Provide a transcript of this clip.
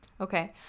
Okay